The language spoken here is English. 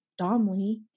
domly